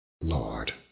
Lord